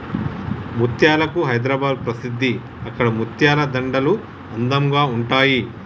ముత్యాలకు హైదరాబాద్ ప్రసిద్ధి అక్కడి ముత్యాల దండలు అందంగా ఉంటాయి